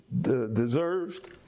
deserved